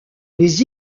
les